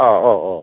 ഓ ഒ ഓ